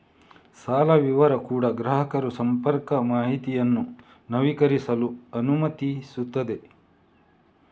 ಸಾಲ ವಿವರ ಕೂಡಾ ಗ್ರಾಹಕರು ಸಂಪರ್ಕ ಮಾಹಿತಿಯನ್ನು ನವೀಕರಿಸಲು ಅನುಮತಿಸುತ್ತದೆ